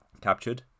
captured